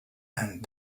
and